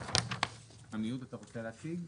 עמיהוד אתה רוצה להציג?